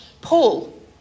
Paul